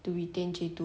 to retain J two